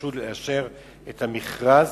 יידרשו לאשר את המכרז,